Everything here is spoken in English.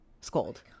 scold